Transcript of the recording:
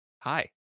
Hi